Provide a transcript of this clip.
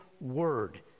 word